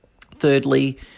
Thirdly